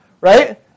right